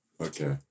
Okay